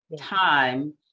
time